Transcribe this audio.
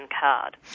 card